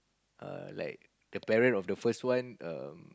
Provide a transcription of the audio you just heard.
err like the parent of the first one um